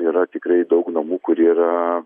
yra tikrai daug namų kurie yra